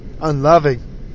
Unloving